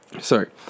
sorry